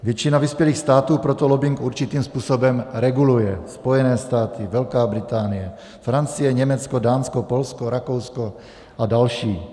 Většina vyspělých států proto lobbing určitým způsobem reguluje Spojené státy, Velká Británie, Francie, Německo, Dánsko, Polsko, Rakousko a další.